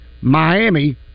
miami